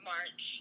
March